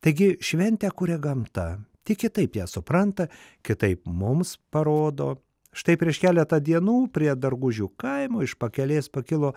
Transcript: taigi šventę kuria gamta tik kitaip ją supranta kitaip mums parodo štai prieš keletą dienų prie dargužių kaimo iš pakelės pakilo